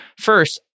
first